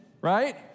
right